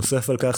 נוסף על כך,